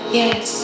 yes